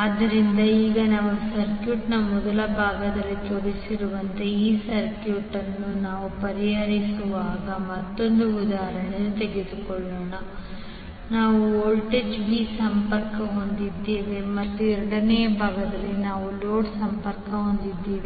ಆದ್ದರಿಂದ ಈಗ ನಾವು ಸರ್ಕ್ಯೂಟ್ನ ಮೊದಲ ಭಾಗದಲ್ಲಿ ತೋರಿಸಿರುವಂತೆ ಈ ಸರ್ಕ್ಯೂಟ್ ಅನ್ನು ನಾವು ಪರಿಗಣಿಸುವ ಮತ್ತೊಂದು ಉದಾಹರಣೆಯನ್ನು ತೆಗೆದುಕೊಳ್ಳೋಣ ನಾವು ವೋಲ್ಟೇಜ್ ವಿ ಸಂಪರ್ಕ ಹೊಂದಿದ್ದೇವೆ ಮತ್ತು ಎರಡನೇ ಭಾಗದಲ್ಲಿ ನಾವು ಲೋಡ್ ಸಂಪರ್ಕ ಹೊಂದಿದ್ದೇವೆ